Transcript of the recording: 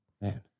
man